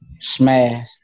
smash